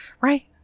Right